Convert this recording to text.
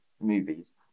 movies